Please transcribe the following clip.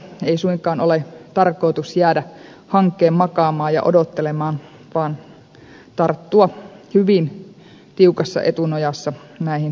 ei suinkaan ole tarkoitus jäädä hankeen makaamaan ja odottelemaan vaan tarttua hyvin tiukassa etunojassa näihin sovittuihin asioihin